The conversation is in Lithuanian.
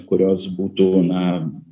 kurios būtų na